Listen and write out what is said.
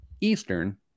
Eastern